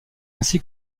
ainsi